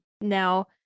Now